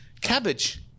cabbage